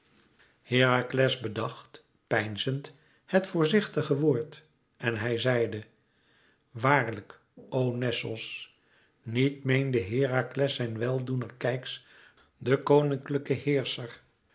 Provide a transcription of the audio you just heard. bedacht peinzend het voorzichtige woord en hij zeide waarlijk o nessos niet meende herakles zijn weldoener keyx den koninklijken